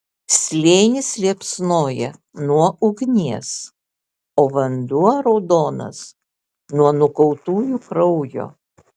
slėnis liepsnoja nuo ugnies o vanduo raudonas nuo nukautųjų kraujo